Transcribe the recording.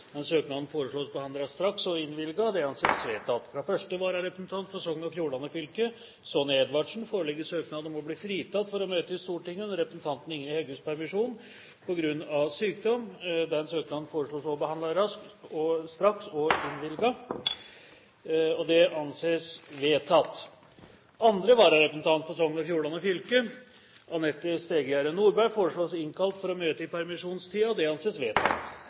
foreslås behandlet straks og innvilget. – Det anses vedtatt. Fra første vararepresentant for Sogn og Fjordane fylke, Sonja Edvardsen, foreligger søknad om å bli fritatt for å møte i Stortinget under representanten Ingrid Heggøs permisjon, på grunn av sykdom. Etter forslag fra presidenten ble enstemmig besluttet: Søknaden behandles straks og innvilges. Andre vararepresentant for Sogn og Fjordane fylke, Anette Stegegjerdet Norberg, foreslås innkalles for å møte i